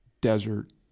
desert